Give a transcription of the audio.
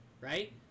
right